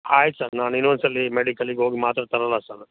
ಆಯ್ತು ಸರ್ ನಾನು ಇನ್ನೊಂದು ಸಲ ಮೆಡಿಕಲ್ಲಿಗೆ ಹೋಗಿ ಮಾತ್ರೆ ತರೊಲ್ಲ ಸರ್